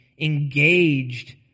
engaged